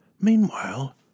Meanwhile